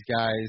guys